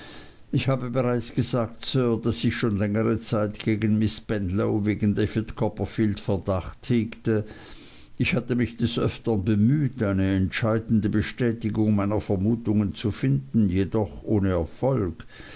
ich habe bereits gesagt sir daß ich schon längere zeit gegen miß spenlow wegen david copperfield verdacht hegte ich hatte mich des öfteren bemüht eine entscheidende bestätigung meiner vermutung zu finden jedoch ohne erfolg